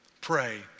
Pray